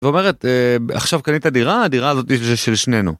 עומרת עכשיו קנית דירה הדירה הזאת של שנינו.